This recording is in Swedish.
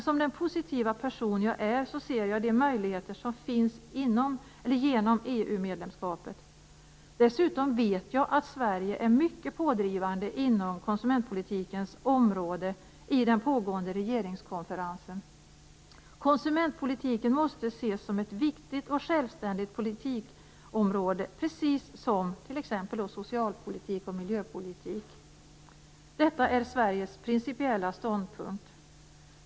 Som den positiva person jag är ser jag de möjligheter som finns genom EU-medlemskapet. Dessutom vet jag att Sverige är mycket pådrivande inom konsumentpolitikens område i den pågående regeringskonferensen. Konsumentpolitiken måste ses som ett viktigt och självständigt politikområde, precis som t.ex. socialpolitik och miljöpolitik. Detta är Sveriges principiella ståndpunkt.